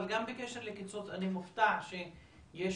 אבל גם בקשר לקיצוץ, אני מופתע שיש